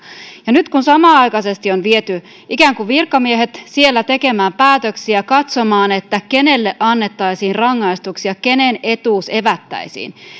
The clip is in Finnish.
nyt kun samanaikaisesti on viety ikään kuin virkamiehet siellä tekemään päätöksiä ja katsomaan kenelle annettaisiin rangaistuksia kenen etuus evättäisiin niin